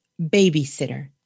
Babysitter